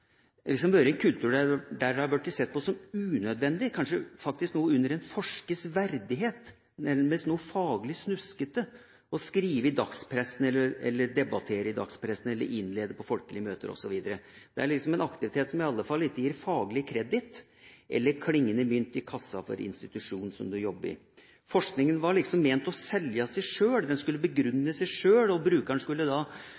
har vært sett på som unødvendig – kanskje faktisk noe under en forskers verdighet, nærmest noe faglig snuskete – å skrive i dagspressen eller innlede på folkelige møter osv. Det er en aktivitet som i alle fall ikke gir faglig kreditt eller klingende mynt i kassa for institusjonen du jobber i. Forskninga var liksom ment å skulle selge seg sjøl – begrunne seg sjøl – og brukeren skulle